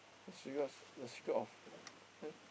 The Secrets The Secret of eh